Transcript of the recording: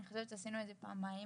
אני חושבת שעשינו את זה פעמיים